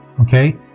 Okay